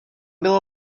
bylo